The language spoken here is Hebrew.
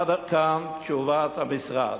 עד כאן תשובת המשרד.